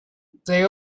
they